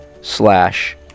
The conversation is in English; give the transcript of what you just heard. slash